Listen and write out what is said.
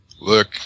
Look